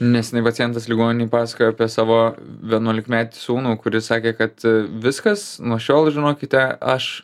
neseniai pacientas ligoninėj pasakojo apie savo vienuolikmetį sūnų kuris sakė kad viskas nuo šiol žinokite aš